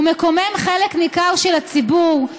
הוא מקומם חלק ניכר של הציבור,